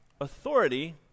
authority